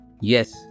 Yes